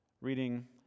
reading